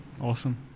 Awesome